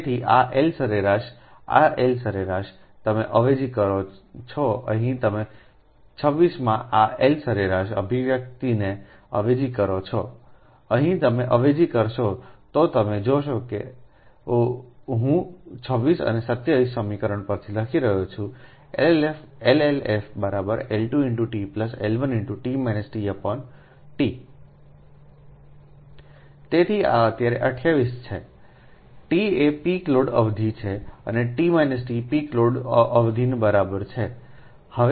તેથી આ L સરેરાશ આ L સરેરાશ તમે અવેજી કરો છો અહીં તમે 26 માં આ L સરેરાશ અભિવ્યક્તિને અવેજી કરો છોઅહીં તમે અવેજી કરશો તો તમે જોશો કે તેથી જ હું 26 અને 27 સમીકરણ પરથી લખી રહ્યો છું LLF L2 t L1 T તેથી આ અત્યારે 28 છે સંદર્ભ લો 1239 t એ પીક લોડ અવધિ છે અને T t પીક લોડ અવધિની બરાબર છે